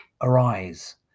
arise